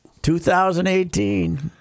2018